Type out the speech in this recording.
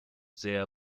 sehr